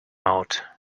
mode